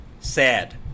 sad